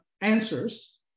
answers